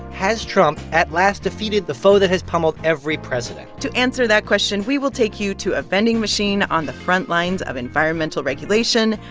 has trump, at last, defeated the foe that has pummeled every president? to answer that question, we will take you to a vending machine on the frontlines of environmental regulation.